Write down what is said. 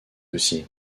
aussi